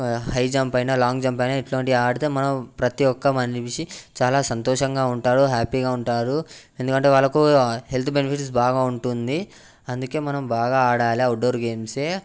high jump అయినా long jump అయినా ఇటువంటి ఆడితే మనం ప్రతి ఒక్క మనిషి చాలా సంతోషంగా ఉంటారు హ్యాపీగా ఉంటారు ఎందుకంటే వాళ్ళకు హెల్త్ బెనిఫిట్స్ బాగా ఉంటుంది అందుకే మనం బాగా ఆడాలి అవుట్డోర్ గేమ్స్